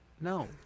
No